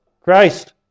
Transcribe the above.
Christ